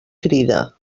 crida